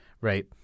right